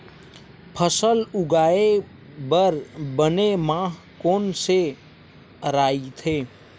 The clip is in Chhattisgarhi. फसल उगाये बर बने माह कोन से राइथे?